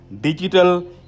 digital